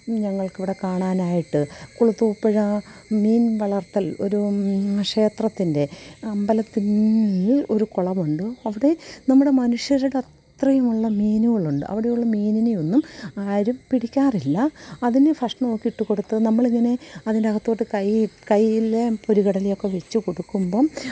ഞങ്ങള്ക്കിവിടെ കാണാനായിട്ട് കുളത്തൂപ്പുഴ മീന് വളര്ത്തല് ഒരു ക്ഷേത്ത്രത്തിന്റെ അമ്പലത്തില് ഒരു കുളമുണ്ട് അവിടെ നമ്മുടെ മനുഷ്യരുടെ അത്രയും ഉള്ള മീനുവകളുണ്ട് അവിടെയുള്ള മീനിനെ ഒന്നും ആരും പിടിക്കാറില്ല അതിന് ഭക്ഷണമൊക്കെ ഇട്ടു കൊടുത്ത് നമ്മളിതിനെ അതിന്റെ അകത്തോട്ട് കൈ കയ്യിൽ പൊരിക്കടലെയെക്കെ വച്ച് കൊടുക്കുമ്പം